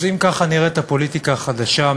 אז אם ככה נראית הפוליטיקה החדשה,